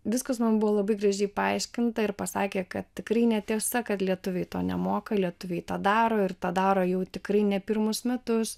viskas man buvo labai gražiai paaiškinta ir pasakė kad tikrai netiesa kad lietuviai to nemoka lietuviai tą daro ir tą daro jau tikrai ne pirmus metus